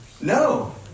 No